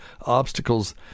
obstacles